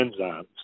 enzymes